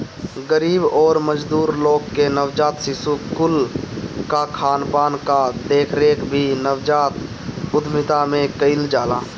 गरीब अउरी मजदूर लोग के नवजात शिशु कुल कअ खानपान कअ देखरेख भी नवजात उद्यमिता में कईल जाला